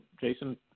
Jason